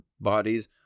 bodies